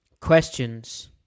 questions